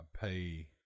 pay